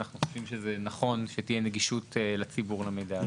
אנחנו חושבים שנכון שתהיה נגישות לציבור למידע הזה.